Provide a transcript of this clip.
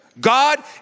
God